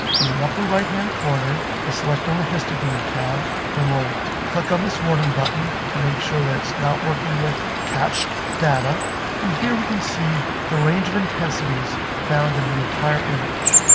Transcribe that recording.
and the upper right-hand corner i'll select on the histogram tab and we'll click on this warning button to make sure that it's not working with cached data and here we can see the range of intensities found in the entire image.